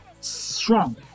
strong